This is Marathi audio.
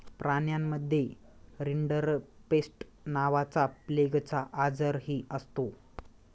प्राण्यांमध्ये रिंडरपेस्ट नावाचा प्लेगचा आजारही असतो